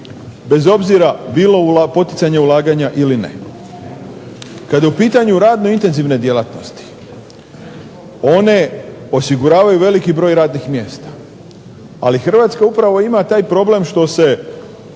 bez obzira bilo poticanja ulaganja ili ne. Kada je u pitanju radno intenzivne djelatnosti one osiguravaju relativno veliki broj radnih mjesta. Ali Hrvatska upravo ima taj problem što se